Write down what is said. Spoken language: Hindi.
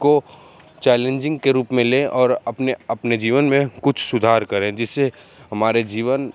को चैलेंजिंग के रूप में लें और अपने अपने जीवन में कुछ सुधार करें जिससे हमारे जीवन